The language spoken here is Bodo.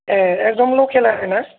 ए एगदम लखेल आरोना